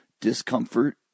discomfort